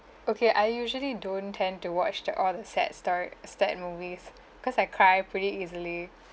okay I usually don't tend to watch the all the sad story sad movies cause I cry pretty easily